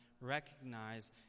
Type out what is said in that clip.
recognize